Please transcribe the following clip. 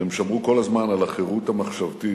והם שמרו כל הזמן על החירות המחשבתית.